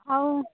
ଆଉ